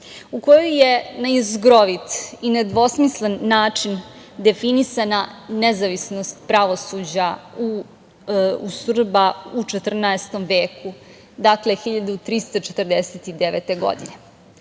U koju je na jezgrovit i nedvosmislen način definisana nezavisnost pravosuđa u Srba u 14. veku, dakle 1349. godine. Šesto